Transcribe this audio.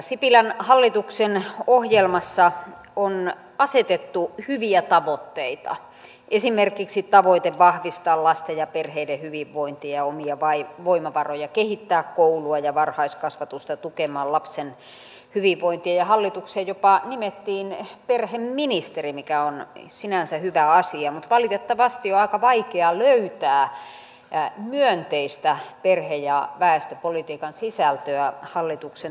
sipilän hallituksen ohjelmassa on asetettu hyviä tavoitteita esimerkiksi tavoite vahvistaa lasten ja perheiden hyvinvointia ja omia voimavaroja kehittää koulua ja varhaiskasvatusta tukemaan lapsen hyvinvointia ja hallitukseen jopa nimettiin perheministeri mikä on sinänsä hyvä asia mutta valitettavasti on aika vaikea löytää myönteistä perhe ja väestöpolitiikan sisältöä hallituksen toimista